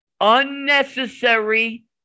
unnecessary